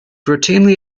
routinely